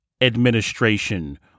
administration